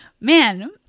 man